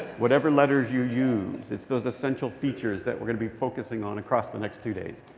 whatever letters you use. it's those essential features that we're to be focusing on across the next two days.